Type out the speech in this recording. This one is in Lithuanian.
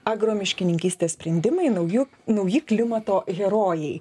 agro miškininkystės sprendimai naujų nauji klimato herojai